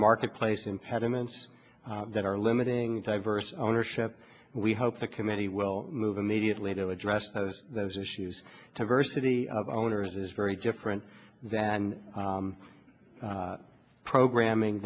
marketplace impediments that are limiting diverse ownership we hope the committee will move immediately to address those those issues to versity of owners is very different than programming